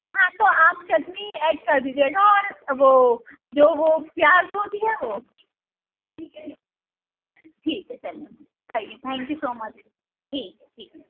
ہاں تو آپ چٹنی ایڈ کر دیجئے گا اور وہ جو وہ پیاز وہ ہوتی ہے وہ ٹھیک ہے چلئے صحیح ہے تھینک یو سو مچ ٹھیک ہے ٹھیک ہے